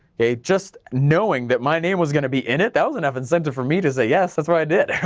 okay, just knowing that my name was gonna be in it, that was enough incentive for me to say yes, that's why i did it right.